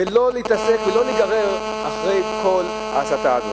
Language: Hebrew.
ולא להתעסק ולא להיגרר אחרי כל ההסתה הזאת.